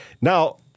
Now